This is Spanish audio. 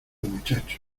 muchacho